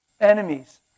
enemies